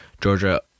Georgia